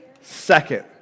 second